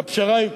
והפשרה היא,